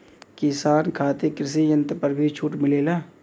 किसान खातिर कृषि यंत्र पर भी छूट मिलेला?